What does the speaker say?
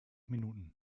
minuten